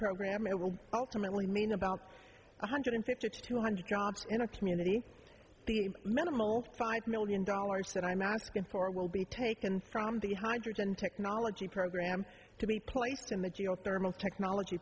program it will ultimately mean about one hundred fifty or two hundred jobs in a community the minimal five million dollars that i'm asking for will be taken from the hydrogen technology program to be placed in the geothermal technology